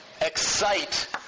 excite